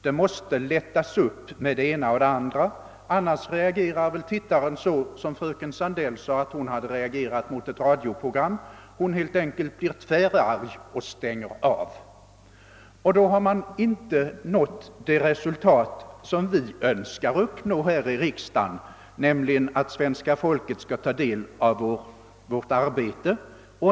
Det måste lättas upp med det ena och det andra, ty annars reagerar väl tittaren på ungefär samma sätt som fröken Sandell sade att hon reagerade mot ett radioprogram: Hon blev helt enkelt tvärarg och stängde av. Då har man inte nått det resultat vi önskar uppnå här i riksdagen, nämligen att svenska folket skall ta del av vårt arbete.